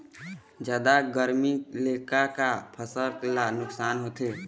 जादा गरमी ले का का फसल ला नुकसान होथे?